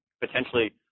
potentially